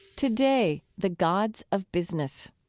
today, the gods of business.